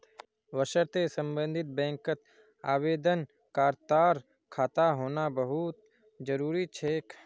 वशर्ते सम्बन्धित बैंकत आवेदनकर्तार खाता होना बहु त जरूरी छेक